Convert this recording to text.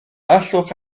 allwch